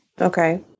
Okay